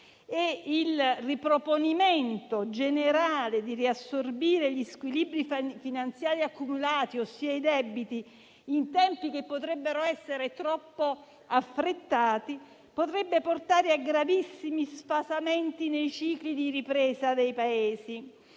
e banche centrali, e il riassorbimento degli squilibri finanziari accumulati, ossia i debiti, in tempi che potrebbero essere troppo affrettati potrebbe portare a gravissimi sfasamenti nei cicli di ripresa dei Paesi.